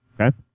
Okay